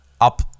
Up